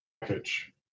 package